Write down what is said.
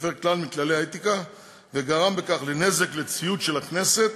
הפר כלל מכללי האתיקה וגרם בכך נזק לציוד של הכנסת